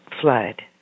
flood